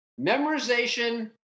memorization